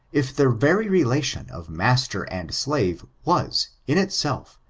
if the very relation of master and slave, was, in itself,